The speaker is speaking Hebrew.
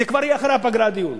זה כבר יהיה אחרי הפגרה, הדיון.